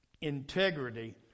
integrity